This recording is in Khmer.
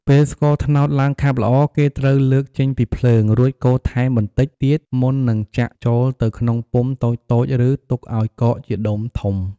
ពេលស្ករត្នោតឡើងខាប់ល្អ គេត្រូវលើកចេញពីភ្លើង រួចកូរថែមបន្តិចទៀតមុននឹងចាក់ចូលទៅក្នុងពុម្ពតូចៗ ឬទុកឲ្យកកជាដុំធំ។